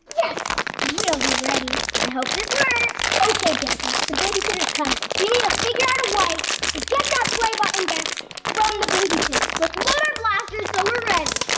yes! we'll be ready. i hope this works! okay jazzy, the babysitter's coming. we need to figure out a way to get that play button back from the babysitter! let's load our blasters so we're ready!